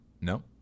No